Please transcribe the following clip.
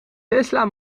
tesla